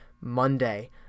Monday